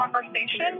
conversation